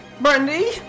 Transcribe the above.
Brandy